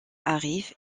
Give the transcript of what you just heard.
arrive